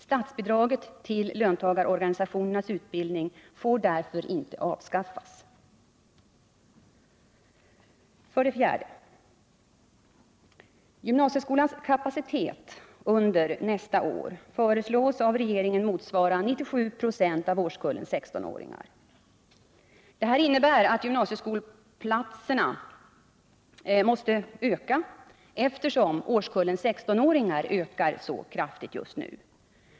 Statsbidraget till löntagarorganisationernas utbildning får därför inte avskaffas. 4. Gymnasieskolans kapacitet under nästa år föreslås av regeringen motsvara 97 96 av årskullen 16-åringar. Detta innebär att gymnasieplatserna måste öka, eftersom årskullen 16-åringar ökar mycket kraftigt just nu.